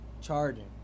charging